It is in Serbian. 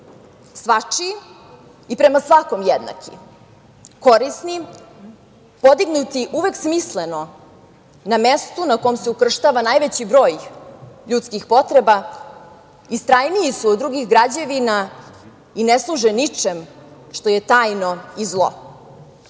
Svačiji i prema svakome jednaki, korisni, podignuti uvek smisleno na mestu na kom se ukrštava najveći broj ljudskih potreba istrajniji su od drugih građevina i ne služe ničem što je tajno i